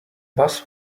bus